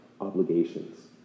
obligations